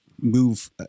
move